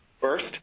First